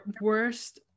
worst